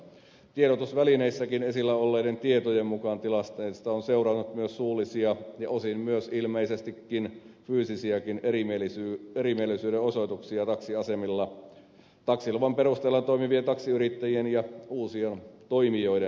tiedotusvälineissäkin esillä olleiden tietojen mukaan tilanteista on seurannut myös suullisia ja osin myös ilmeisestikin fyysisiäkin erimielisyyden osoituksia taksiasemilla taksiluvan perusteella toimivien taksiyrittäjien ja uusien toimijoiden välillä